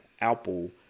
Apple